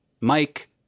Mike